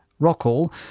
Rockall